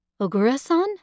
Ogura-san